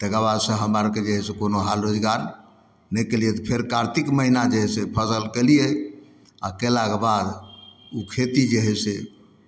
तकर बाद से हमर आरके जे हइ से कोनो हाल रोजगार नहि केलिए तऽ फेर कातिक महिना जे हइ से फसिल केलिए आओर कएलाके बाद ओ खेती जे हइ से